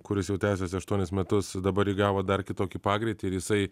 kuris jau tęsiasi aštuonis metus dabar įgavo dar kitokį pagreitį ir jisai